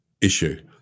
issue